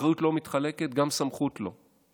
אחריות לא מתחלקת, גם סמכות לא.